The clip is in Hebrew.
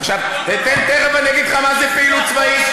או פעילות, תכף אגיד לך מה זה פעילות צבאית.